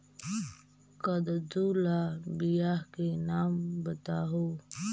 कददु ला बियाह के नाम बताहु?